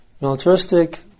militaristic